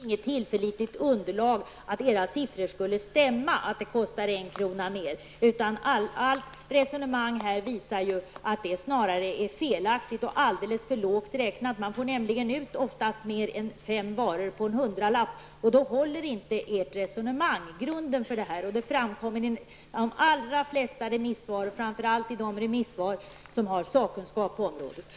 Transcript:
Herr talman! Det finns inget tillförlitligt underlag bakom era siffror att det kostar en krona mer. Allt underlag visar att det är felaktigt och alldeles för lågt räknat. Man får faktiskt ut mer än fem varor på en hundralapp, och då håller inte grunden för ert resonemang. Det framkommer av de allra flesta remissvar, framför allt från dem som har sakkunskap på området.